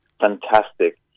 fantastic